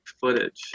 footage